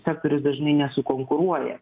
sektorius dažnai nesukonkuruoja